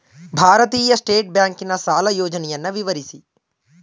ಭಾರತೀಯ ಸ್ಟೇಟ್ ಬ್ಯಾಂಕಿನ ಸಾಲ ಯೋಜನೆಯನ್ನು ವಿವರಿಸಿ?